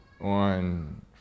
on